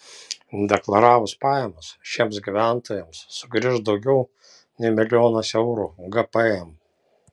deklaravus pajamas šiems gyventojams sugrįš daugiau nei milijonas eurų gpm